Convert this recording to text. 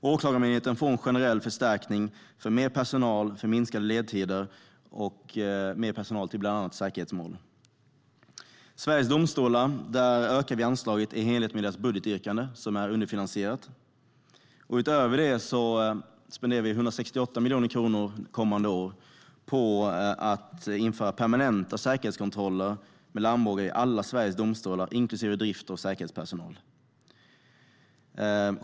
Åklagarmyndigheten får en generell förstärkning för mer personal till bland annat säkerhetsmål och minskade ledtider. Vi ökar anslagen till Sveriges domstolar i enlighet med deras budgetyrkande, som är underfinansierat. Utöver det spenderar vi 168 miljoner kronor kommande år på att införa permanenta säkerhetskontroller i alla Sveriges domstolar, inklusive drift och säkerhetspersonal.